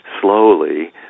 slowly